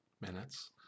minutes